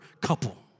couple